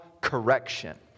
correction